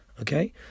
Okay